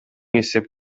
эсеп